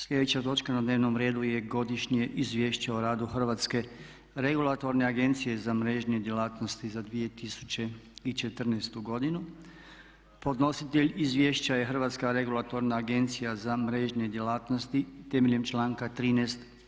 Sljedeća točka na dnevnom redu je - Godišnje izvješće o radu Hrvatske regulatorne agencije za mrežne djelatnosti za 2014. godinu Podnositelj izvješća je Hrvatska regulatorna agencija za mrežne djelatnosti temeljem članka 13.